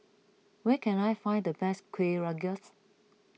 where can I find the best Kueh Rengas